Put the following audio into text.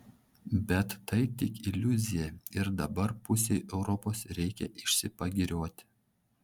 bet tai tik iliuzija ir dabar pusei europos reikia išsipagirioti